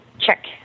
check